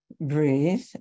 breathe